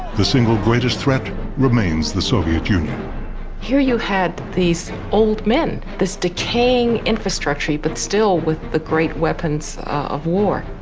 the single greatest threat remains the soviet union. rice here you had these old men, this decaying infrastructure, but still with the great weapons of war.